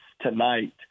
tonight